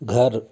घर